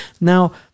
Now